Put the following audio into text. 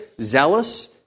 zealous